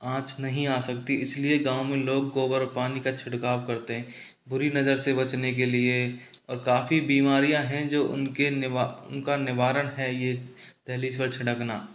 आँच नहीं आ सकती इसलिए गाँव में लोग गोबर पानी का छिड़काव करते हैं बुरी नजर से बचने के लिए और काफ़ी बीमारियाँ हैं जो उनके उनका निवारण है दहलीज पर छिंड़कना